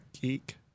geek